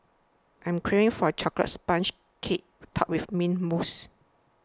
I am craving for a Chocolate Sponge Cake Topped with Mint Mousse